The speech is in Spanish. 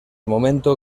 momento